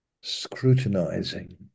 scrutinizing